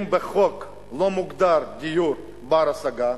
אם בחוק לא מוגדר דיור בר-השגה,